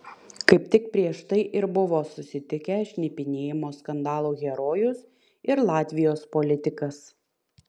kaip tik prieš tai ir buvo susitikę šnipinėjimo skandalų herojus ir latvijos politikas